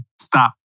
stop